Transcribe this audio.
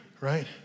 right